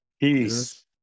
Peace